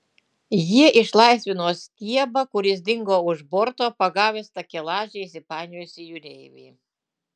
jie išlaisvino stiebą kuris dingo už borto pagavęs takelaže įsipainiojusį jūreivį